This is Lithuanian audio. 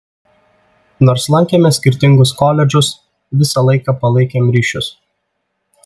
nors lankėme skirtingus koledžus visą laiką palaikėm ryšius